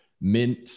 mint